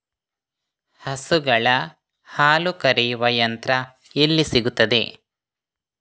ಹಸುಗಳ ಹಾಲು ಕರೆಯುವ ಯಂತ್ರ ಎಲ್ಲಿ ಸಿಗುತ್ತದೆ?